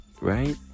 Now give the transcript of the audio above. right